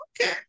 okay